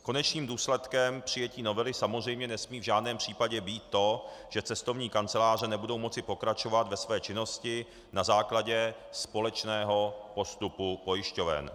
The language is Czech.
Konečným důsledkem přijetí novely samozřejmě nesmí v žádném případě být to, že cestovní kanceláře nebudou moci pokračovat ve své činnosti na základě společného postupu pojišťoven.